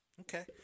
Okay